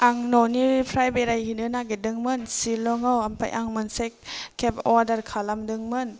आं न'निफ्राय बेरायहैनो नागिरदोंमोन सिलंआव आमफ्राय आं मोनसे केफ अर्डार खालामदोंमोन